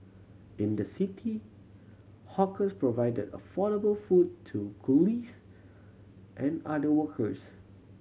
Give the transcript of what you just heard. in the city hawkers provided affordable food to coolies and other workers